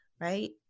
right